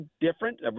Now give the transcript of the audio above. different